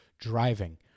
driving